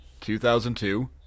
2002